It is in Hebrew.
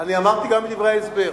אני אמרתי גם בדברי ההסבר,